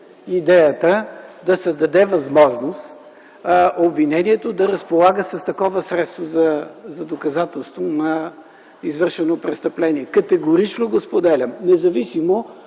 идеята да се даде възможност обвинението да разполага с такова средство за доказателство на извършено престъпление. Категорично го споделям, независимо